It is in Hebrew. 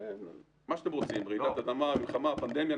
מה שאתם רוצים רעידת אדמה, מלחמה, פנדמיה.